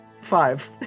five